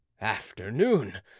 afternoon